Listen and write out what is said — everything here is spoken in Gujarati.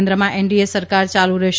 કેન્દ્રમાં એનડીએ સરકાર ચાલુ રહેશે